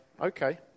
okay